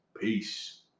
peace